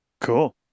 Cool